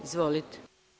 Izvolite.